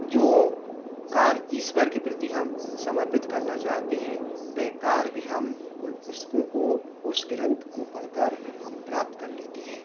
जो कार्य ईश्वर के प्रति हम समर्पित करना चाहते हैं वह कार्य भी हम उस पुस्तकों को उस ग्रंथ को पढ़कर हम प्राप्त कर लेते हैं